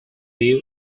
view